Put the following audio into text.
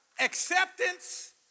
Acceptance